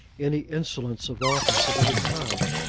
any insolence of office of any kind.